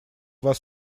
вас